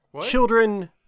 children